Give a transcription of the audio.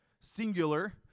singular